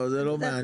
זה לא מעניין.